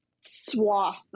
swath